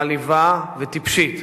מעליבה וטיפשית.